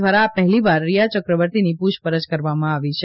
દ્વારા આ પહેલીવાર રિયા યક્રવર્તીની પૂછપરછ કરવામાં આવી છે